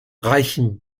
reichen